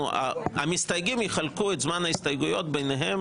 המסתייגים יחלקו את זמן ההסתייגויות ביניהם,